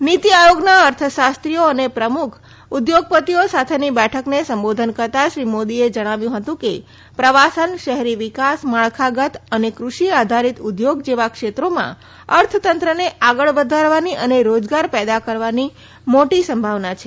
નીતિ આયોગના અર્થશાસ્ત્રીઓ અને પ્રમુખ ઉદ્યોગપતિઓ સાથેની બેઠકને સંબોધન કરતા શ્રી મોદીએ જણાવ્યું હતું કે પ્રવાસન શહેરી વિકાસ માળખાગત અને કૃષિ આધારિત ઉદ્યોગ જેવા ક્ષેત્રોમાં અર્થતંત્રને આગળ વધારવાની અને રોજગાર પેદા કરવાની મોટી સંભાવના છે